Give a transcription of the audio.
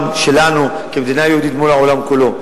שלנו כמדינה יהודית מול העולם כולו.